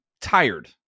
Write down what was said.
tired